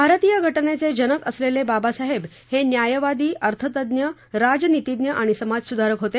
भारतीय घटनेचे जनक असलेले बाबासाहेब हे न्यायवादी अर्थतज्ञ राजनीतिज्ञ आणि समाजसुधारक होते